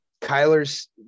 Kyler's –